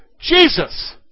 Jesus